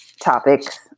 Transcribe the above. topics